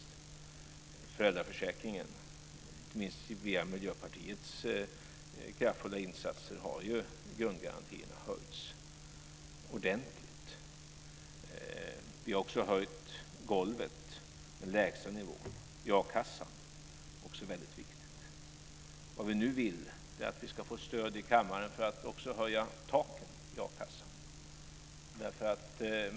I föräldraförsäkringen har, inte minst tack vare Miljöpartiets kraftfulla insatser, grundgarantierna höjts ordentligt. Vi har också höjt golvet, den lägsta nivån, i a-kassan. Det är också väldigt viktigt. Det vi nu vill är att få stöd i kammaren för att också höja taket i a-kassan.